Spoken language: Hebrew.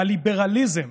הליברליזם,